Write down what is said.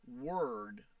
word